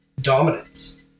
dominance